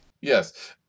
Yes